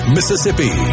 Mississippi